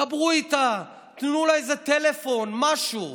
דברו איתה, תנו לה איזה טלפון, משהו.